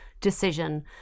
decision